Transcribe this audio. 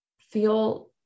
feel